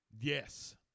Yes